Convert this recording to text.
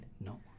no